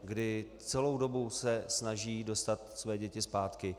Kdy celou dobu se snaží dostat své děti zpátky.